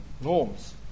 norms